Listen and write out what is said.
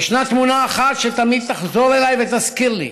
אך ישנה תמונה אחת שתמיד תחזור אליי ותזכיר לי